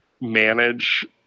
manage